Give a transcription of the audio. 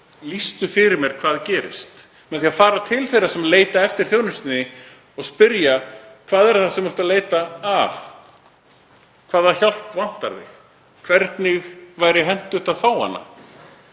lýstu fyrir mér hvað gerist. Ég fer til þeirra sem leita eftir þjónustunni og spyr: Hvað er það sem þú ert að leita að, hvaða hjálp vantar þig, hvernig væri hentugt að fá hana?